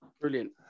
Brilliant